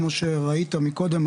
כמו שראית מקודם,